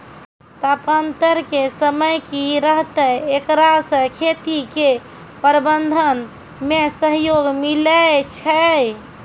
तापान्तर के समय की रहतै एकरा से खेती के प्रबंधन मे सहयोग मिलैय छैय?